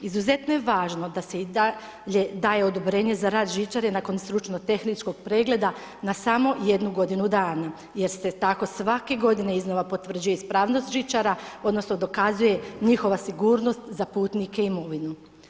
Izuzetno je važno da se i dalje odobrenje za rad žičare nakon stručno-tehničkog pregleda na samo jednu godinu danas jer se tako svake godine iznova potvrđuje ispravnost žičara odnosno dokazuje njihova sigurnost za putnike i imovinu.